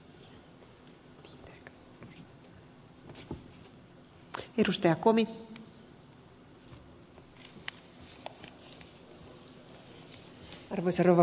arvoisa rouva puhemies